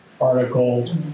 article